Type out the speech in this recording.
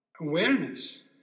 awareness